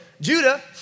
Judah